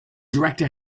director